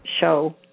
show